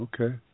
Okay